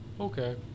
Okay